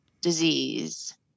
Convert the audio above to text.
disease